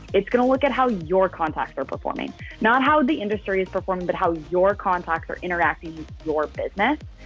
it's gonna look at how your contacts are performing not how the industry is performing, but how your contacts are interacting your business?